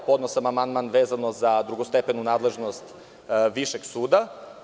Podneo sam amandman vezano za drugostepenu nadležnost višeg suda.